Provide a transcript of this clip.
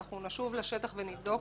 אנחנו נשוב לשטח ונבדוק,